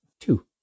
Two